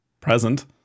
present